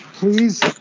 Please